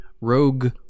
rogue